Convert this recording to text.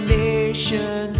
nation